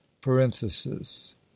parenthesis